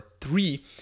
three